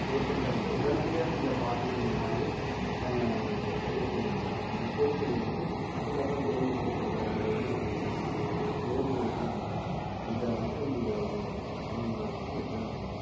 பேஷண்ட்டை வந்து உடனடியாக நீங்கள் பார்க்கணும்ன மாதிரி செய்ய சொல்லுங்கள் நம்ம கோரிக்கை வந்து அதுக்கப்புறம் கேள்வி கேட்குறதா இல்லை என்ன பண்ணுறதெல்லாம் பிறகு வச்சுக்கலாம் இதை வந்து நீங்கள் ஒரு முன் உதாரணமாக வந்து எடுத்தால் நல்லா இருக்கும்